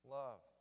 love